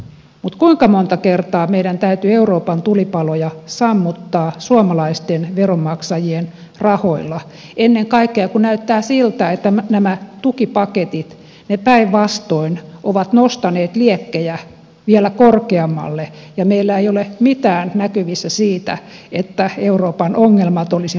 mutta kuinka monta kertaa meidän täytyy euroopan tulipaloja sammuttaa suomalaisten veronmaksajien rahoilla ennen kaikkea kun näyttää siltä että nämä tukipaketit päinvastoin ovat nostaneet liekkejä vielä korkeammalle ja meillä ei ole mitään näkyvissä siitä että euroopan ongelmat olisi ratkaistu